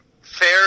fair